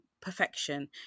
perfection